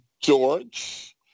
George